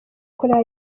koreya